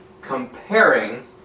comparing